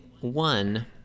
one